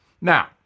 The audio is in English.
Now